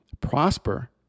prosper